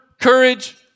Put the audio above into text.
courage